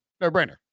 No-brainer